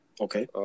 Okay